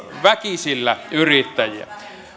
väkisellä yrittäjiä